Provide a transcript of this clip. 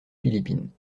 philippines